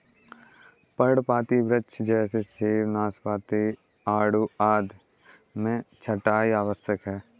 पर्णपाती वृक्ष जैसे सेब, नाशपाती, आड़ू आदि में छंटाई आवश्यक है